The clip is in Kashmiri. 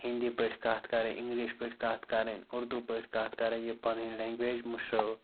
ہِندی پٲٹھۍ کَتھ کَرٕنۍ اِنٛگلِش پٲٹھۍ کَتھ کَرٕنۍ اُردو پٲٹھۍ کَتھ کَرٕنۍ یہِ پَنٕنۍ لینٛگویج مٔشرٲوٕکھ